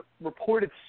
reported